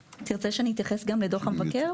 תרצה שאני אתייחס גם לממצאים של דו"ח המבקר,